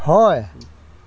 হয়